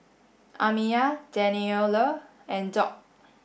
Amiyah Daniele and Doc